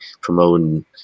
promoting